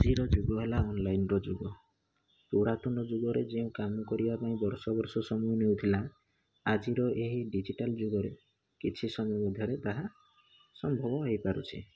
ଆଜିର ଯୁଗ ହେଲା ଅନଲାଇନ୍ର ଯୁଗ ପୁରାତନ ଯୁଗରେ ଯେଉଁ କାମ କରିବା କରିବା ପାଇଁ ବର୍ଷ ବର୍ଷ ସମୟ ନେଉଥିଲା ଆଜିର ଏହି ଡିଜିଟାଲ୍ ଯୁଗରେ କିଛି ସମୟ ମଧ୍ୟରେ ତାହା ସମ୍ଭବ ହୋଇପାରୁଛି